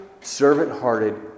servant-hearted